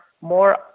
more